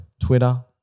Twitter